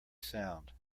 sound